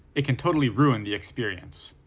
it can totally ruin the experience.